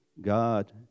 God